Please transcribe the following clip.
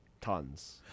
tons